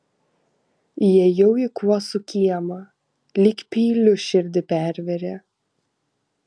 įėjau į kuosų kiemą lyg peiliu širdį pervėrė